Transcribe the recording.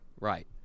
Right